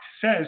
says